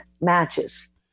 matches